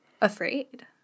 afraid